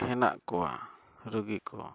ᱦᱮᱱᱟᱜ ᱠᱚᱣᱟ ᱨᱩᱜᱤᱠᱚ